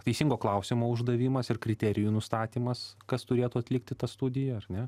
teisingo klausimo uždavimas ir kriterijų nustatymas kas turėtų atlikti tą studiją ar ne